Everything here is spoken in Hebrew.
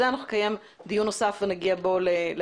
אלא נקיים דיון נוסף ובו נגיע להצבעה.